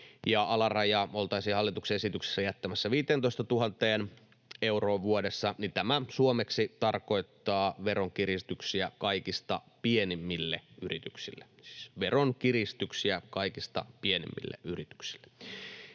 alaraja oltaisiin hallituksen esityksessä jättämässä 15 000 euroon vuodessa, niin se tarkoittaa suomeksi veronkiristyksiä kaikista pienimmille yrityksille.